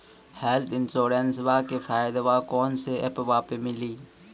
Health इंश्योरेंसबा के फायदावा कौन से ऐपवा पे मिली?